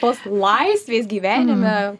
tos laisvės gyvenime